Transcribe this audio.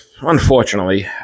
Unfortunately